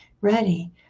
ready